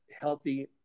healthy